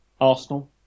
Arsenal